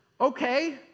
Okay